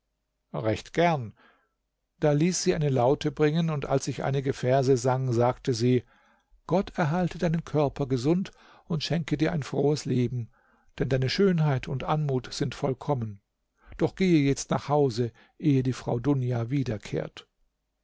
recht gern da ließ sie eine laute bringen und als ich einige verse sang sagte sie gott erhalte deinen körper gesund und schenke dir ein frohes leben denn deine schönheit und anmut sind vollkommen doch gehe jetzt nach hause ehe die frau dunja wiederkehrt